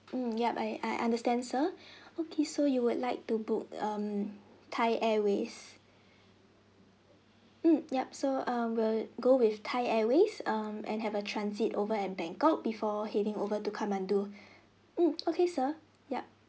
mm yup I I understand sir okay so you would like to book um thai airways mm yup so err we'll go with thai airways um and have a transit over at bangkok before heading over to kathmandu mm okay sir yup